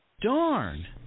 Darn